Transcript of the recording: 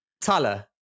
Tala